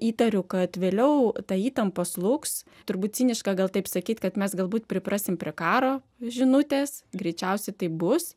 įtariu kad vėliau ta įtampa slūgs turbūt ciniška gal taip sakyt kad mes galbūt priprasim prie karo žinutės greičiausiai taip bus